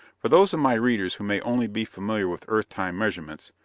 for those of my readers who may only be familiar with earth time measurements,